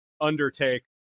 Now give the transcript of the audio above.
undertake